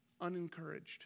unencouraged